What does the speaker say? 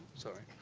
sorry. oh,